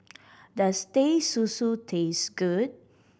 does Teh Susu taste good